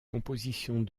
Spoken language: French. compositions